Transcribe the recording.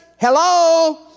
hello